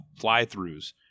fly-throughs